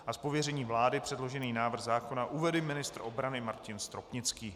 Z pověření vlády předložený návrh zákona uvede ministr obrany Martin Stropnický.